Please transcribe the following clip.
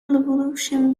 revolution